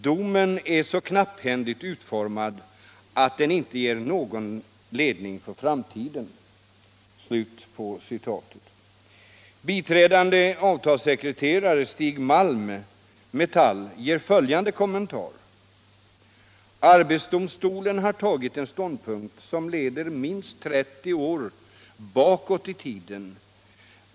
Domen är så knapphändigt utformad att den inte ger någon ledning för framtiden.” Biträdande avtalssekreteraren Stig Malm, Metall, ger töljande kommentar: ”Arbetsdomstolen har tagit en ståndpunkt som leder minst 30 år bakåt i tiden.